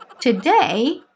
today